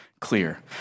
clear